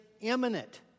imminent